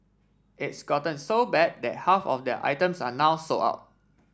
it's gotten so bad that half of their items are now sold out